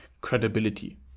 credibility